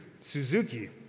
Suzuki